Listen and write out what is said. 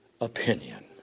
opinion